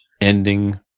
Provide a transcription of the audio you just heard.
ending